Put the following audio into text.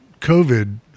COVID